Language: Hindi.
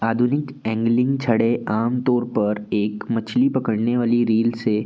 आधुनिक एंगलिंग छड़े आमतौर पर एक मछली पकड़ने वाली रील से